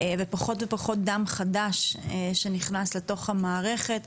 ופחות ופחות דם חדש שנכנס לתוך המערכת,